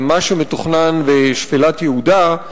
עם מה שמתוכנן בשפלת יהודה,